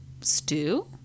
stew